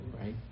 right